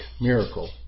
miracle